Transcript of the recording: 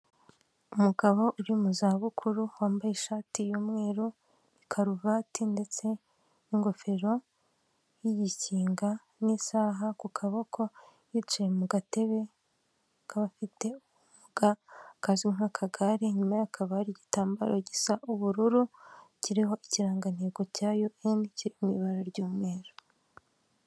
Umugabo uri mu za bukuru wambaye ishati y'umweru karuvati ndetse n'ingofero y'igikinga n'isaha ku kaboko yicaye mu gatebe k'abafite ubumuga kazwi nk'akagare, inyuma ye ha kaba hari igitambaro gisa ubururu kiriho ikirangantego cya UN mu ibara ry'umweru.